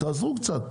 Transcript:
אז תעזרו קצת,